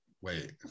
wait